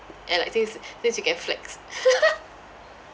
ya like things things you can flex